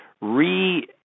re